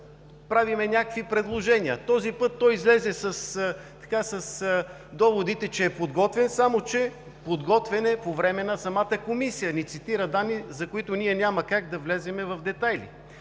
правим някакви предложения. Този път той излезе с доводите, че е подготвен, само че е подготвен по време на самата комисия – цитира ни данни, за които ние няма как да влезем в детайли.